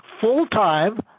full-time